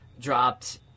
dropped